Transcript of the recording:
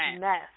mess